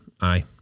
aye